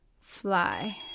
fly